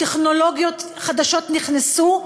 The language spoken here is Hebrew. טכנולוגיות חדשות נכנסו,